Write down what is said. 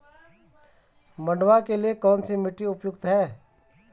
मंडुवा के लिए कौन सी मिट्टी उपयुक्त है?